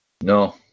No